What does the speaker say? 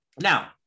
Now